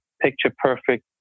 picture-perfect